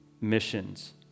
missions